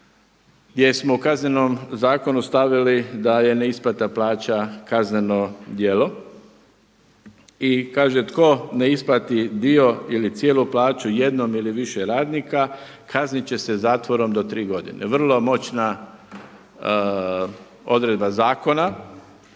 gdje smo u kaznenom zakonu stavili da je neisplata plaća kazneno djelo. I kaže tko ne isplati dio ili cijelu plaću jednom ili više radnika kazniti će se zatvorom do 3 godine, vrlo moćna odredba zakona.